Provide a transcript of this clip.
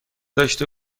داشته